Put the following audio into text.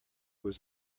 was